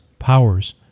Powers